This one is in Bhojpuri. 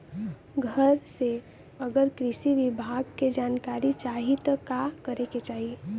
घरे से अगर कृषि विभाग के जानकारी चाहीत का करे के चाही?